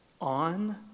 on